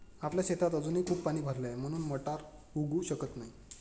आमच्या शेतात अजूनही खूप पाणी भरले आहे, म्हणून मटार उगवू शकत नाही